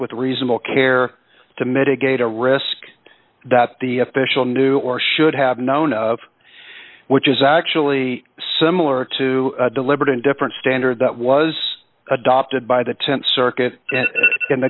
with reasonable care to mitigate a risk that the official knew or should have known of which is actually similar to a deliberate and different standard that was adopted by the th circuit in